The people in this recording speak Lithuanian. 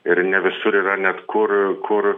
ir ne visur yra net kur kur